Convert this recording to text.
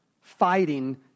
Fighting